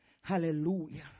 Hallelujah